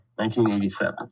1987